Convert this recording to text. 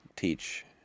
Teach